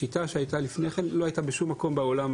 השיטה שהייתה לפני כן לא הייתה בשום מקום עולם,